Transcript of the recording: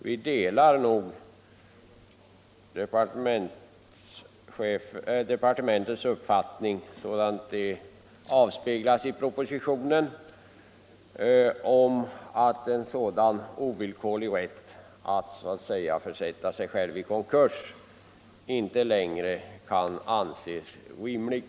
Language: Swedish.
Vi delar nog departementschefens uppfattning sådan den av 37 Nr 58 speglas i propositionen, nämligen att en sådan ovillkorlig rätt att försätta Onsdagen den sig själv i konkurs inte längre kan anses rimlig.